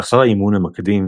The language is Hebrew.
לאחר האימון המקדים,